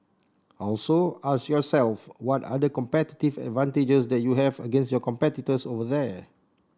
also ask yourself what are the competitive advantages that you have against your competitors over there